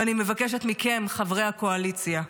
ואני מבקשת מכם, חברי הקואליציה,